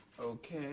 Okay